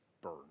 burn